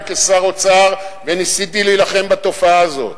כשר האוצר וניסיתי להילחם בתופעה הזאת.